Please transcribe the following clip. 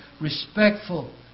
respectful